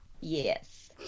Yes